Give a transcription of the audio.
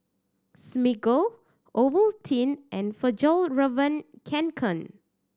Smiggle Ovaltine and Fjallraven Kanken